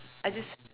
I just